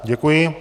Děkuji.